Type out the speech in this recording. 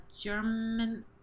German